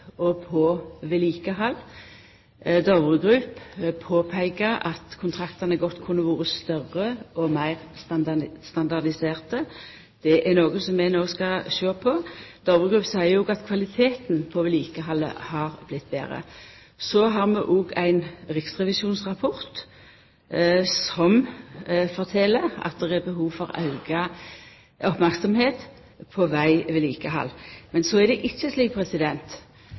og vedlikehald. Dovre Group påpeikar at kontraktane godt kunne ha vore større og meir standardiserte. Det er noko som vi no skal sjå på. Dovre Group seier òg at kvaliteten på vedlikehaldet har vorte betre. Vi har òg ein riksrevisjonsrapport som fortel at det er behov for auka merksemd på vegvedlikehald. Så er det ikkje slik